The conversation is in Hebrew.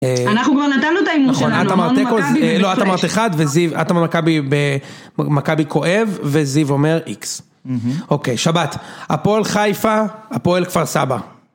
אה.. אנחנו כבר נתנו את ההימור שלנו. נכון, את אמרת תיקו, לא, את אמרת אחד וזיו, אתה מכבי, מכבי כואב וזיו אומר איקס. אוקיי, שבת. הפועל חיפה, הפועל כפר סבא.